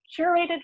curated